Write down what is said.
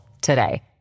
today